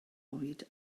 oed